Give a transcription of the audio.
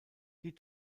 die